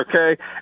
Okay